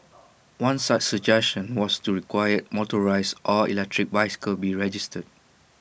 one such suggestion was to require motorised or electric bicycles be registered